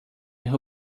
who